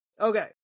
Okay